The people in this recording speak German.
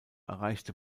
erreichte